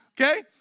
Okay